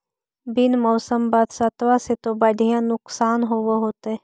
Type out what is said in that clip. बिन मौसम बरसतबा से तो बढ़िया नुक्सान होब होतै?